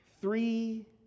three